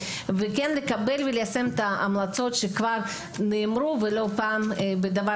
וכן לקבל וליישם את ההמלצות שכבר נאמרו לא פעם בדבר